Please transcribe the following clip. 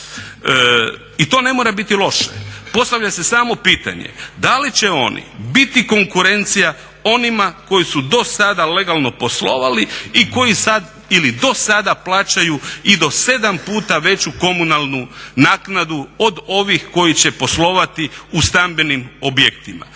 i to ne mora biti loše. Postavlja se samo pitanje da li će oni biti konkurencija onima koji su do sada legalno poslovali i koji sad ili do sada plaćaju i do sedam puta veću komunalnu naknadu od ovih koji će poslovati u stambenim objektima.